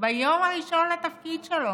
שביום הראשון לתפקיד שלו,